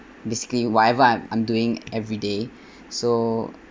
basically whatever I'm doing everyday so